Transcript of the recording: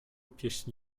pieśni